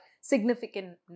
significant